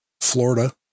Florida